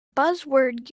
buzzword